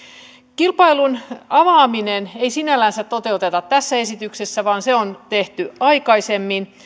kilpailun avaamista ei sinällänsä toteuteta tässä esityksessä vaan se on tehty aikaisemmin